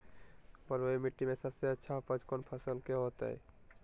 बलुई मिट्टी में सबसे अच्छा उपज कौन फसल के होतय?